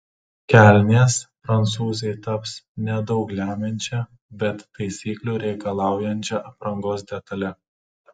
kelnės prancūzei taps nedaug lemiančia bet taisyklių reikalaujančia aprangos detale